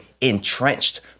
entrenched